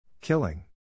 Killing